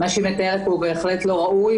מה שהיא מתארת פה הוא בהחלט לא ראוי.